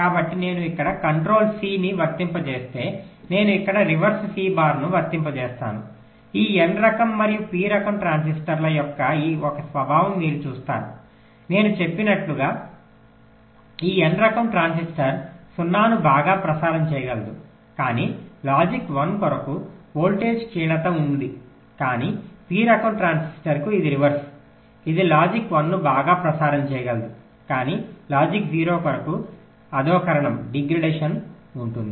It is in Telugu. కాబట్టి నేను ఇక్కడ కంట్రోల్ సిని వర్తింపజేస్తే నేను ఇక్కడ రివర్స్ సి బార్ను వర్తింపజేస్తానుఈ n రకం మరియు p రకం ట్రాన్సిస్టర్ల యొక్క ఒక స్వభావం మీరు చూస్తారు నేను చెప్పినట్లుగా ఈ n రకం ట్రాన్సిస్టర్ 0 ను బాగా ప్రసారం చేయగలదు కాని లాజిక్ 1 కొరకు వోల్టేజ్ క్షీణత ఉంది కానీ p రకం ట్రాన్సిస్టర్కు ఇది రివర్స్ ఇది లాజిక్ 1 ను బాగా ప్రసారం చేయగలదు కాని లాజిక్ 0 కొరకు అధోకరణం ఉంటుంది